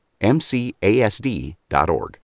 MCASD.org